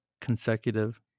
consecutive